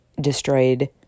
destroyed